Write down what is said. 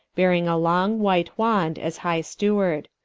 bearing a long white wand, as high steward.